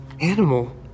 Animal